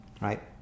right